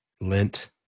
Lint